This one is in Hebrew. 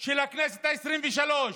של הכנסת העשרים-ושלוש,